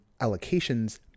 allocations